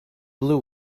blue